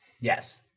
Yes